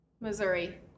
Missouri